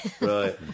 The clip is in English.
Right